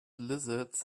lizards